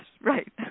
right